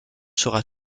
sera